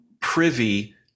privy